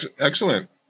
Excellent